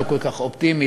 לא כל כך אופטימית,